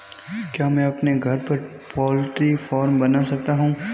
क्या मैं अपने घर पर पोल्ट्री फार्म बना सकता हूँ?